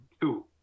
two